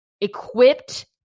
equipped